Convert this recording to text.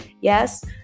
Yes